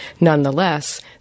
Nonetheless